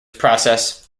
process